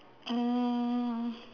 um